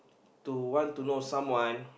to know want to know someone